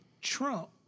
Trump